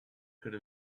could